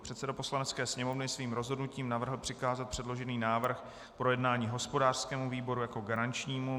Předseda Poslanecké sněmovny svým rozhodnutím navrhl přikázat předložený návrh k projednání hospodářskému výboru jako garančnímu.